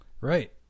Right